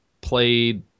played